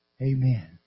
Amen